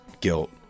guilt